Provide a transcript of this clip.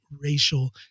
racial